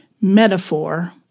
metaphor